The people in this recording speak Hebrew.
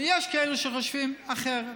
ויש כאלה שחושבים אחרת.